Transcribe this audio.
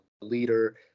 leader